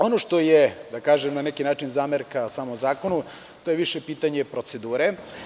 Ono što je, da tako kažem, na neki način zamerka samom zakonu, to je više pitanje procedure.